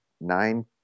nine